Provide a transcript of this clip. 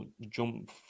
jump